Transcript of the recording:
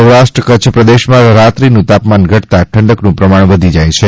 સૌરાષ્ટ્ર કચ્છ પ્રદેશમાં રાત્રિનું તાપમાન ઘટતા ઠંડકનું પ્રમાણ વધી જાય છે